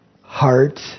Heart